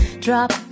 drop